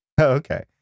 Okay